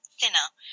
thinner